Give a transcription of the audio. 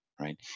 right